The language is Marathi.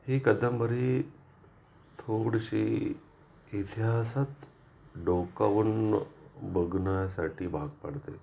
ही कादंबरी थोडीशी इतिहासात डोकावून बघण्यासाठी भाग पाडते